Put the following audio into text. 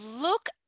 look